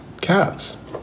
Cats